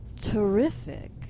Terrific